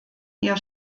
ihr